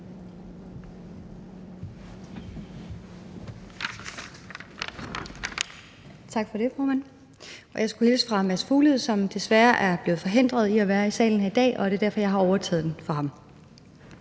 Tak for det, formand. Jeg skulle hilse fra Mads Fuglede, som desværre er blevet forhindret i at være i salen i dag, og det er derfor, jeg har overtaget fra ham.